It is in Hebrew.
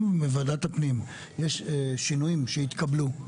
אם בוועדת הפנים יש שינויים שהתקבלו,